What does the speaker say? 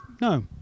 no